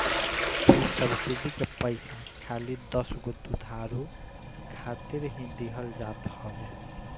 इ सब्सिडी के पईसा खाली दसगो दुधारू खातिर ही दिहल जात हवे